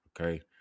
okay